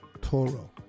Toro